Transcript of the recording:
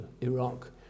Iraq